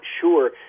sure